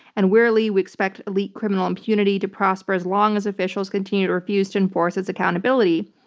and wearily, we expect elite criminal impunity to prosper as long as officials continue to refuse to enforce its accountability.